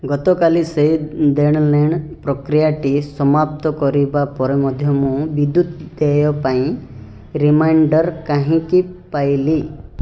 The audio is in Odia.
ଗତକାଲି ସେହି ଦେଣନେଣ ପ୍ରକ୍ରିୟାଟି ସମାପ୍ତ କରିବା ପରେ ମଧ୍ୟ ମୁଁ ବିଦ୍ୟୁତ୍ ଦେୟ ପାଇଁ ରିମାଇଣ୍ଡର୍ କାହିଁକି ପାଇଲି